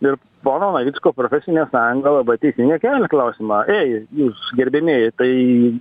ir pono navicko profesinė sąjunga labai teisingai kelią klausimą ei jūs gerbiamieji tai